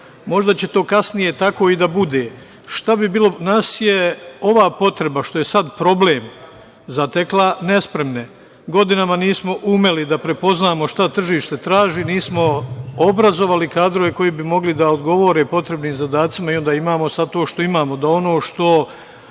Možda će to kasnije tako i da bude. Nas je ova potreba, što je sada problem, zatekla nespremne. Godinama nismo umeli da prepoznamo šta tržište traži, nismo obrazovali kadrove koji bi mogli da odgovore potrebnim zadacima i onda imamo sad to što imamo, da ono